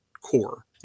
core